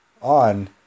on